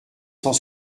cent